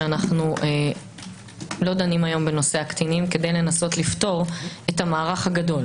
שאנו לא דנים היום בנושא הקטינים כדי לנסות לפתור את המערך הגדול.